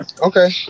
Okay